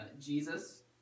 Jesus